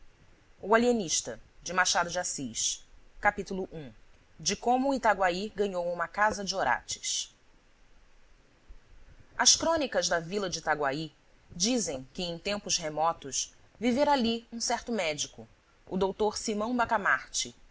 o alienista capítulo i de como itaguaí ganhou uma casa de orates as crônicas da vila de itaguaí dizem que em tempos remotos vivera ali um certo médico o dr simão bacamarte